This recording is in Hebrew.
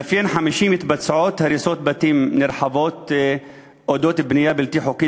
5. מתבצעות הריסות בתים נרחבות בשל בנייה בלתי-חוקית,